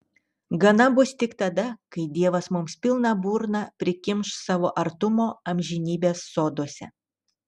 gana bus tik tada kai dievas mums pilną burną prikimš savo artumo amžinybės soduose